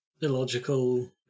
illogical